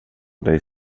dig